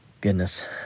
Goodness